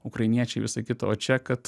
ukrainiečiai visa kita o čia kad